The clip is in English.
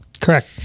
Correct